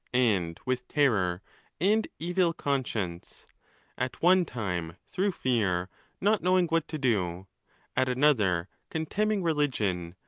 and with terror and evil conscience at one time through fear not knowing what to do at another contemning religion,